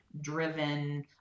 driven